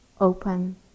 open